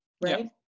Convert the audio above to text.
right